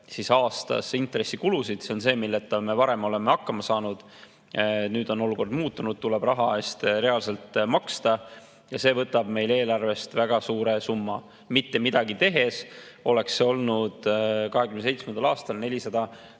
SKP‑st aastas intressikulusid. See on see, milleta me varem oleme hakkama saanud, aga nüüd on olukord muutunud: raha eest tuleb reaalselt maksta ja see võtab meie eelarvest väga suure summa. Mitte midagi tehes oleks see 2027. aastal olnud